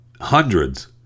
Hundreds